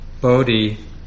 Bodhi